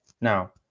now